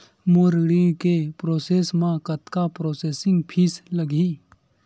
मोर ऋण के प्रोसेस म कतका प्रोसेसिंग फीस लगही?